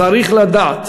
צריך לדעת